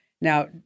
Now